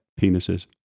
penises